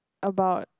about